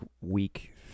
week